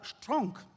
strong